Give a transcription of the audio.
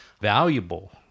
valuable